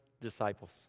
disciples